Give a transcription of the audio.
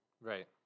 Right